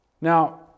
Now